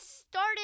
started